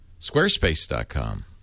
Squarespace.com